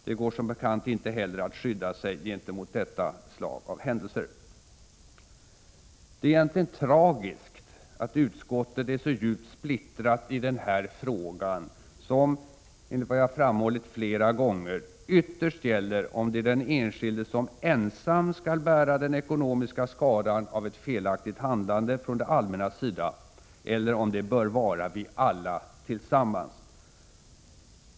Det går som bekant inte heller att skydda sig gentemot detta slag av händelser. Det är egentligen tragiskt att utskottet är så djupt splittrat i den här frågan, som — enligt vad jag framhållit flera gånger — ytterst gäller om det är den enskilde som ensam skall bära den ekonomiska skadan av ett felaktigt handlande från det allmännas sida eller om det bör vara vi alla tillsammans.